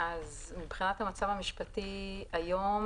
מבחינת המצב המשפטי היום,